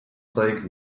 taken